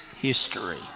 history